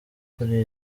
kuri